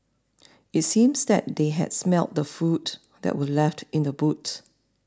it seemed that they had smelt the food that were left in the boot